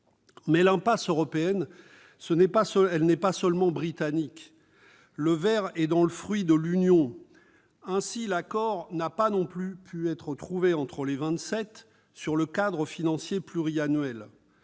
Mais l'impasse européenne n'est pas seulement britannique. Le ver est dans le fruit de l'Union. Ainsi, l'accord n'a pu être trouvé non plus entre les Vingt-Sept sur le cadre financier pluriannuel.